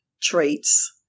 traits